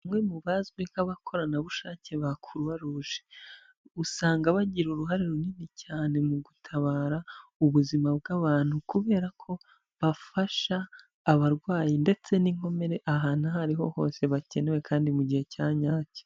Umwe mu bazwi nk'abakoranabushake ba croix rouge, usanga bagira uruhare runini cyane mu gutabara ubuzima bw'abantu kubera ko bafasha abarwayi ndetse n'inkomere ahantu aho ariho hose bakenewe kandi mu gihe cya nyacyo.